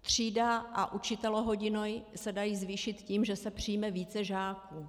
třída a učitelohodiny se dají zvýšit tím, že se přijme více žáků.